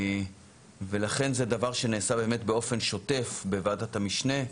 זה דבר שנעשה באופן שוטף בוועדת המשנה.